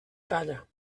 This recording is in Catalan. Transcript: talla